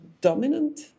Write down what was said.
dominant